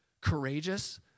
courageous